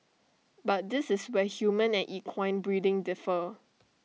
but this is where human and equine breeding differ